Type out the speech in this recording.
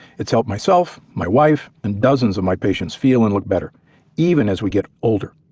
it's helped myself, my wife, and dozens of my patients feel and look better even as we get older.